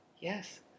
Yes